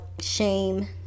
shame